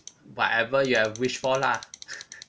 whatever you have wished for lah